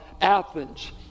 Athens